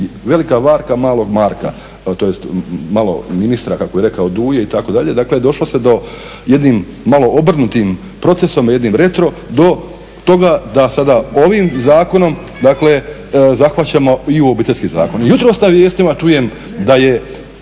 velika varka malog Marka, tj. malo ministra kako je rekao Duje itd. došlo se do jednim malo obrnutim procesom, jednim retro do toga da sada ovim zakonom zahvaćamo i u Obiteljski zakon. Jutros na vijestima čujem da se